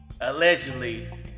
Allegedly